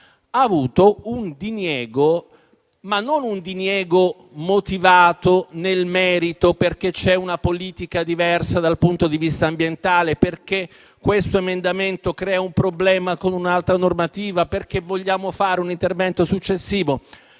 che non si è trattato di un diniego motivato nel merito, perché c'è una politica diversa dal punto di vista ambientale, perché questo emendamento crea un problema con un'altra normativa o vogliamo fare un intervento successivo,